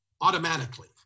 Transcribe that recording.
automatically